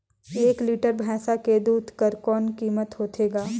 एक लीटर भैंसा के दूध कर कौन कीमत होथे ग?